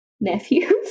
nephews